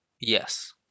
yes